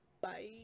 Bye